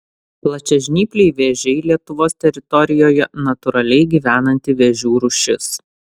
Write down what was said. plačiažnypliai vėžiai lietuvos teritorijoje natūraliai gyvenanti vėžių rūšis